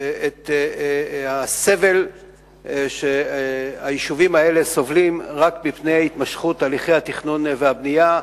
את הסבל שהיישובים האלה סובלים רק מפני הימשכות תהליכי התכנון והבנייה,